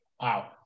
wow